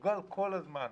הוא מתורגל כל הזמן.